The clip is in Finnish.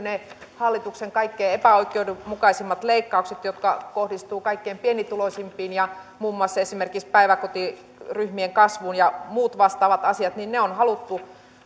ne hallituksen kaikkein epäoikeudenmukaisimmat leikkaukset jotka kohdistuvat kaikkein pienituloisimpiin muun muassa esimerkiksi päiväkotiryhmien kasvu ja muut vastaavat asiat on haluttu